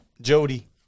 Jody